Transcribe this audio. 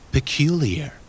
Peculiar